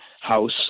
house